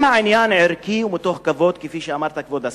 אם העניין ערכי ומתוך כבוד, כפי שאמרת, כבוד השר,